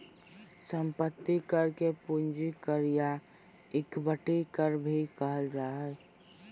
संपत्ति कर के पूंजी कर या इक्विटी कर भी कहल जा हइ